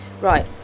Right